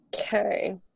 Okay